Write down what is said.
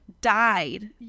died